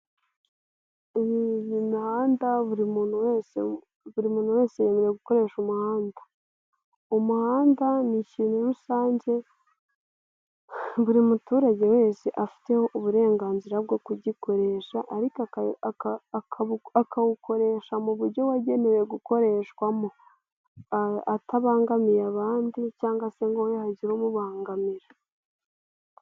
Umuhanda, buri muntu wese yemerewe gukoresha umuhanda. Umuhanda ni ikintu rusange buri muturage wese afiteho uburenganzira bwo kugikoresha, ariko akawukoresha mu buryo wagenewe gukoreshwamo, atabangamiye abandi cyangwa se ngo we hagire umubangamira.